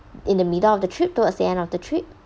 in the middle of the trip towards the end of the trip